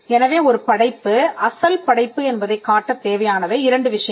எனவே ஒரு படைப்பு அசல் படைப்பு என்பதைக் காட்டத் தேவையானவை இரண்டு விஷயங்கள்